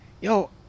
yo